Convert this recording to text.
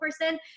person